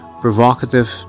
provocative